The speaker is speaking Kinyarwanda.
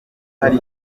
hari